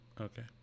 Okay